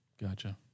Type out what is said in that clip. Gotcha